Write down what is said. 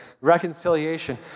reconciliation